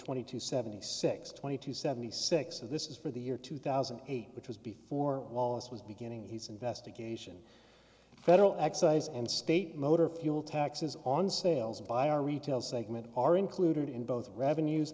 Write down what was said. twenty two seventy six twenty two seventy six of this is for the year two thousand and eight which was before wallace was beginning he's investigation federal excise and state motor fuel taxes on sales by our retail segment are included in both revenues